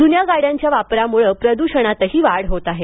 जून्या गाड्यांच्या वापरामुळं प्रद्षणातही वाढ होत आहे